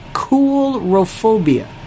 cool-rophobia